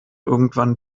irgendwann